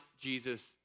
Jesus